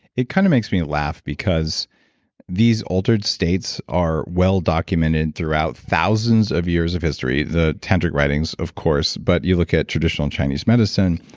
it kind of makes me laugh because these altered states are well documented throughout thousands of years of history. the tantric writings, of course, but you look at traditional chinese medicine,